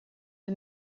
for